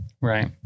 Right